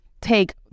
take